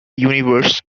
universe